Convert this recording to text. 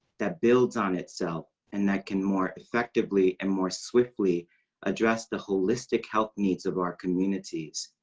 that builds on itself, and that can more effectively and more swiftly address the holistic health needs of our communities.